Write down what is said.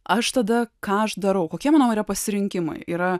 aš tada ką aš darau kokie mano pasirinkimai yra